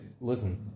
listen